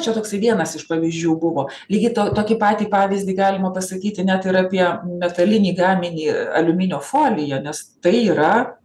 čia toksai vienas iš pavyzdžių buvo lygiai tokį patį pavyzdį galima pasakyti net ir apie metalinį gaminį aliuminio foliją nes tai yra